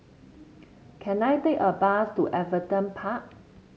can I take a bus to Everton Park